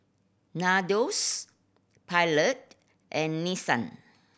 Nandos Pilot and Nissan